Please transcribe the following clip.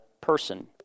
person